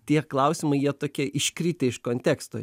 tie klausimai jie tokie iškritę iš konteksto